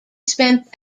spent